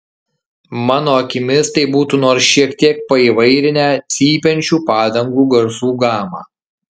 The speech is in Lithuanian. mano akimis tai būtų nors šiek tiek paįvairinę cypiančių padangų garsų gamą